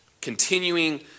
continuing